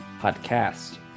podcast